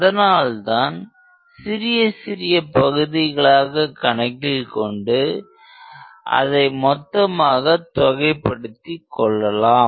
அதனால்தான் சிறிய சிறிய பகுதிகளாக கணக்கில்கொண்டு அதை மொத்தமாக தொகைப்படுத்தி கொள்ளலாம்